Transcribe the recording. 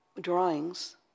drawings